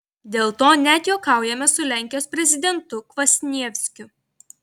dėl to net juokaujame su lenkijos prezidentu kvasnievskiu